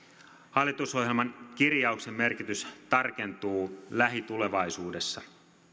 hallitusohjelman kirjauksen merkitys tarkentuu lähitulevaisuudessa